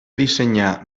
dissenyà